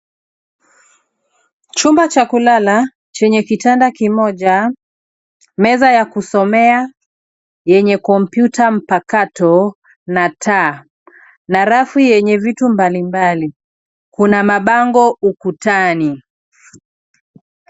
Chumba cha kulala chenye kitanda kimoja, meza ya kusomea yenye kompyuta mpakato na taa na rafu yenye vitu mbalimbali. Kuna mabango ukutani.